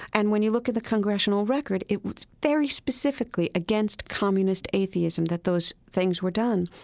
and when you look at the congressional record, it's very specifically against communist atheism that those things were done.